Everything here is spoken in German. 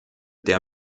der